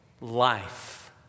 life